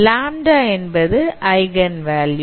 λ என்பது eigen value